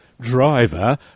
driver